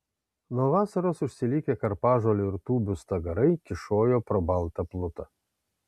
nuo vasaros užsilikę karpažolių ir tūbių stagarai kyšojo pro baltą plutą